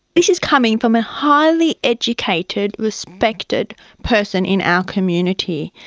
this is coming from a highly educated, respected person in our community.